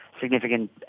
significant